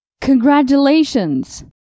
Congratulations